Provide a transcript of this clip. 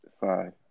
Five